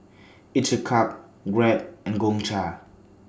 Each A Cup Grab and Gongcha